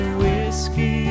whiskey